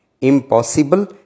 impossible